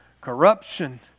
Corruption